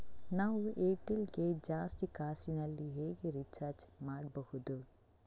ನಾವು ಏರ್ಟೆಲ್ ಗೆ ಜಾಸ್ತಿ ಕಾಸಿನಲಿ ಹೇಗೆ ರಿಚಾರ್ಜ್ ಮಾಡ್ಬಾಹುದು?